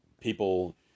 people